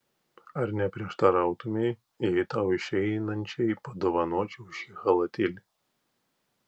ar neprieštarautumei jei tau išeinančiai padovanočiau šį chalatėlį